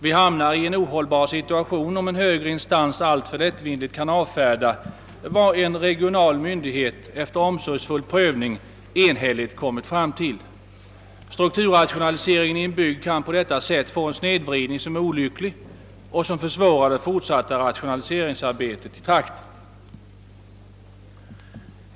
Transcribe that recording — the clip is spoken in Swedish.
Vi hamnar i en ohållbar situation, om en högre instans alltför lättvindigt kan avfärda vad en regional myndighet efter omsorgsfull prövning enhälligt kommit fram till. Strukturrationaliseringen i en bygd kan på detta sätt få en olycklig snedvridning, som försvårar det fortsatta rationaliseringsarbetet i trakten.